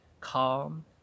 calm